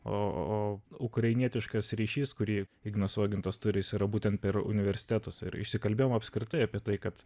o o ukrainietiškas ryšys kurį ignas uogintas turi jis yra būtent per universitetus ir išsikalbėjom apskritai apie tai kad